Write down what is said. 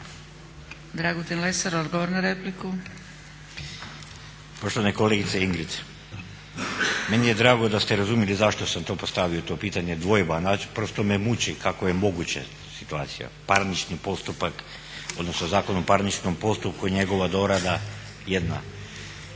Dragutin Lesar, odgovor na repliku.